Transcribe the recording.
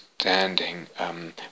Understanding